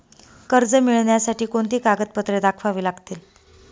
कर्ज मिळण्यासाठी कोणती कागदपत्रे दाखवावी लागतील?